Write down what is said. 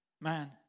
man